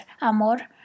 Amor